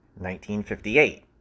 1958